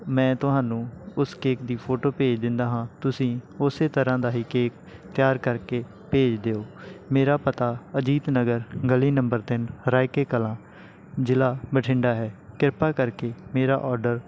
ਮੈਂ ਤੁਹਾਨੂੰ ਉਸ ਕੇਕ ਦੀ ਫੋਟੋ ਭੇਜ ਦਿੰਦਾ ਹਾਂ ਤੁਸੀਂ ਉਸ ਤਰ੍ਹਾਂ ਦਾ ਹੀ ਕੇਕ ਤਿਆਰ ਕਰਕੇ ਭੇਜ ਦਿਓ ਮੇਰਾ ਪਤਾ ਅਜੀਤ ਨਗਰ ਗਲੀ ਨੰਬਰ ਤਿੰਨ ਰਾਇਕੇ ਕਲਾ ਜ਼ਿਲ੍ਹਾ ਬਠਿੰਡਾ ਹੈ ਕਿਰਪਾ ਕਰਕੇ ਮੇਰਾ ਆਰਡਰ